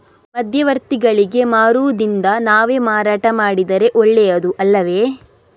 ಮಧ್ಯವರ್ತಿಗಳಿಗೆ ಮಾರುವುದಿಂದ ನಾವೇ ಮಾರಾಟ ಮಾಡಿದರೆ ಒಳ್ಳೆಯದು ಅಲ್ಲವೇ?